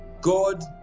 God